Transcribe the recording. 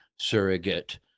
surrogate